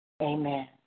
Amen